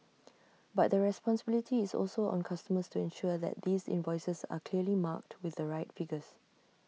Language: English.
but the responsibility is also on customers to ensure that these invoices are clearly marked with the right figures